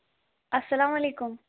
السلام علیکُم